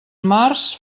març